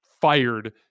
fired